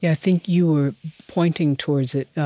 yeah think you were pointing towards it.